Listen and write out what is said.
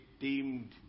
deemed